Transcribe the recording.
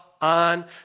on